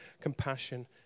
compassion